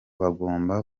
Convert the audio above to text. bagomba